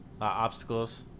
obstacles